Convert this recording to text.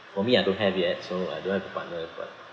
for me I don't have yet so I don't have a partner but